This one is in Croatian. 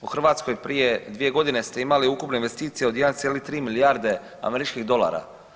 U Hrvatskoj prije 2 godine ste imali ukupno investicija od 1,3 milijarde američkih dolara.